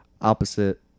Opposite